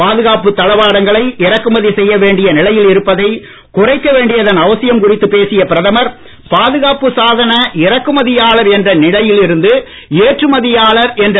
பாதுகாப்பு தளவாடங்களை இறக்குமதி செய்ய வேண்டிய நிலையில் இருப்பதை குறைக்க வேண்டியதன் அவசியம் குறித்து பேசிய பிரதமர் பாதுகாப்பு சாதன இறக்குமதியாளர் என்ற நிலையில் இருந்து ஏற்றுமதியாளர் என்ற வேண்டும் என்றும் கூறினார்